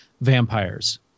vampires